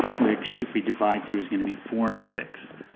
which if we divide here is gonna be four and a sixth.